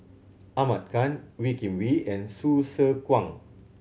Ahmad Khan Wee Kim Wee and Hsu Tse Kwang